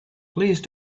please